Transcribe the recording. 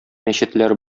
мәчетләр